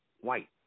white